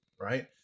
right